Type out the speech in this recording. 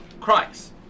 Christ